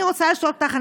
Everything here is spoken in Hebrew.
אני רוצה לשאול אותך,